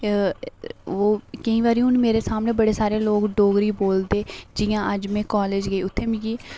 ओह् केईं बारी हून मेरे सामने बड़े लोक ओह् डोगरी बोलदे जि'यां अस में जि'यां अज्ज में कालेज गेई उत्थै मिगी